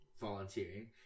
volunteering